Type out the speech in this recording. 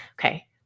Okay